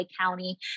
County